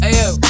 Ayo